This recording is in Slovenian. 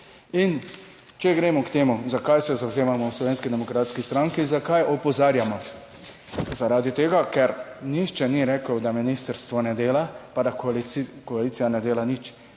In če gremo k temu, zakaj se zavzemamo v Slovenski demokratski stranki, zakaj opozarjamo? Zaradi tega, ker, nihče ni rekel, da ministrstvo ne dela, pa da koalicija ne dela nič,